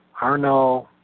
Arnold